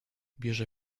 bierze